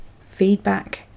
feedback